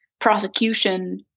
prosecution